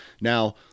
now